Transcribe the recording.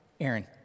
Aaron